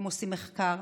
הם עושים מחקר,